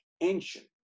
ancient